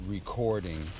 recording